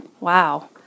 Wow